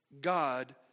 God